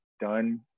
done